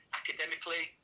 academically